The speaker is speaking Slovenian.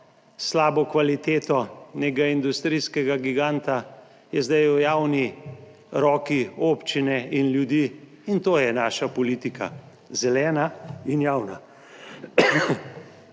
slabo kvaliteto nekega industrijskega giganta je zdaj v javni roki občine in ljudi in to je naša politika: zelena in javna.